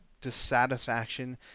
dissatisfaction